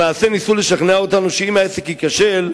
למעשה ניסו לשכנע אותנו שאם העסק ייכשל,